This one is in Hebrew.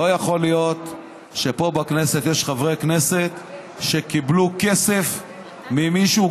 לא יכול להיות שפה בכנסת יש חברי כנסת שקיבלו כסף ממישהו,